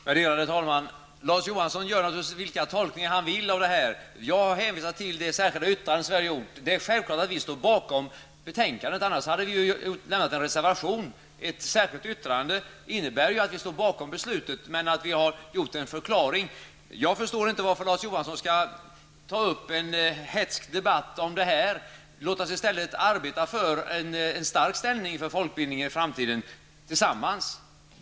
Värderade talman! Larz Johansson gör naturligtvis vilka tolkningar han vill av det här. Själv hänvisar jag till vårt särskilda yttrande. Självfallet stöder vi innehållet i betänkandet. Annars hade vi ju avgivit en reservation. Ett särskilt yttrande innebär att vi står bakom utskottets beslut men att vi har avgivit en förklaring. Jag förstår inte varför Larz Johansson tar upp en hätsk debatt om detta. Låt oss i stället tillsammans arbeta för en stark ställning för folkbildningen i framtiden.